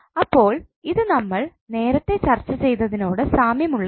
അപ്പോൾ ഇത് നമ്മൾ നേരത്തെ ചർച്ച ചെയ്തതിനോട് സാമ്യമുള്ളതാണ്